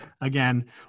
again